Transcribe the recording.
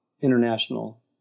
international